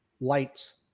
lights